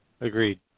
Agreed